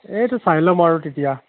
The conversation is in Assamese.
এইটো চাই ল'ম আৰু তেতিয়া